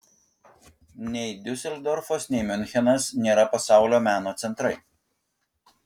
nei diuseldorfas nei miunchenas nėra pasaulio meno centrai